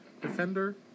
Defender